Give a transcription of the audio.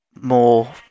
more